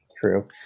True